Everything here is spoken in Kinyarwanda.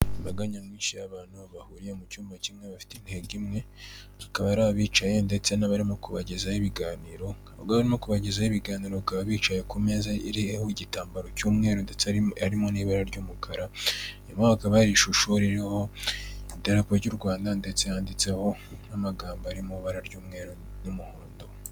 Imbaga nyamwinshi y'abantu bahuriye mu cyumba kimwe bafite intego imwe, akaba ari abicaye ndetse n'abarimo kubagezaho ibiganiro, ubwo barimo kubagezaho ibiganiro bakaba bicaye ku meza iriho igitambaro cy'umweru ndetse arimo n'ibara ry'umukara nyuma yaho hakaba hari ishusho ririho idarapo ry'u Rwanda ndetse handitseho n'amagambo ari mu ibara ry'umweru n'umuhondo.